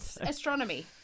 Astronomy